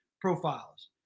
profiles